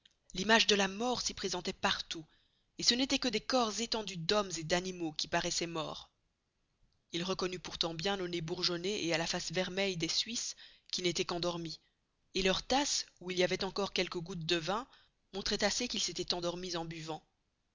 l'image de la mort s'y presentoit par tout et ce n'estoit que des corps étendus d'hommes et d'animaux qui paroissoient morts il reconnut pourtant bien au nez bourgeonné et à la face vermeille des suisses qu'ils n'estoient qu'endormis et leurs tasses où il y avoit encore quelques goutes de vin montroient assez qu'ils s'estoient endormis en beuvant